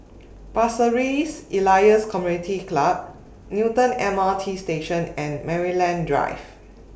Pasir Ris Elias Community Club Newton M R T Station and Maryland Drive